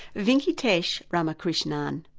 venkitesh ramakrishnan, um